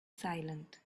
silent